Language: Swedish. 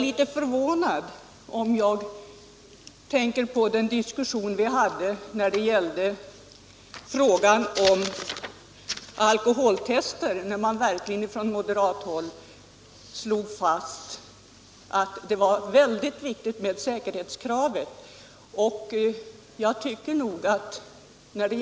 I den diskussion vi hade om alkoholtester slog man från moderat håll verkligen fast att säkerhetskravet var oerhört viktigt.